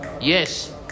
Yes